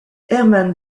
herman